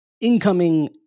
incoming